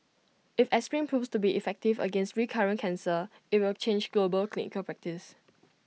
if aspirin proves to be effective against recurrent cancer IT will change global clinical practice